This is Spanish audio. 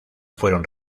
fueron